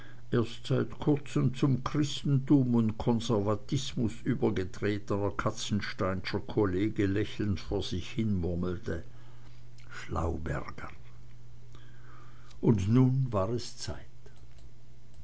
erst seit kurzem zu christentum und konservatismus übergetretener katzensteinscher kollege lächelnd vor sich hin murmelte schlauberger und nun war es zeit